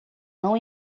não